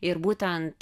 ir būtent